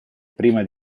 prima